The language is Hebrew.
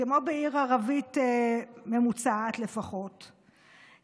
כמו בעיר ערבית ממוצעת לפחות,